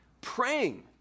Praying